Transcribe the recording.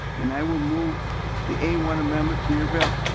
and i will move the a one amendments your bill.